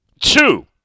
Two